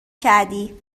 کردی